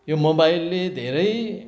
यो मोबाइलले धेरै